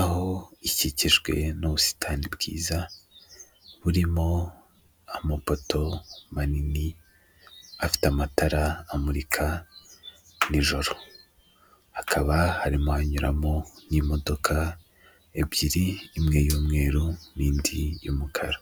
aho ikikijwe n'ubusitani bwiza, burimo amoboto manini afite amatara amurika n'ijoro, hakaba harimo anyuramo n'imodoka ebyiri imwe y'umweru n'indi y'umukara.